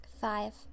Five